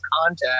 contact